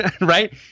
right